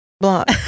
block